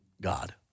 God